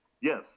Yes